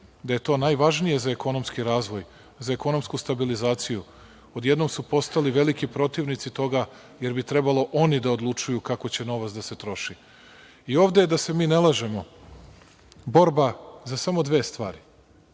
da je to najvažnije za ekonomski razvoj, za ekonomsku stabilizaciju odjednom su postali veliki protivnici toga, jer bi trebalo oni da odlučuju kako će novac da se troši. Ovde je, da se mi ne lažemo borba za samo dve stvari,